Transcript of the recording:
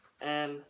and-